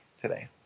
today